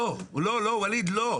לא, לא, ווליד, לא.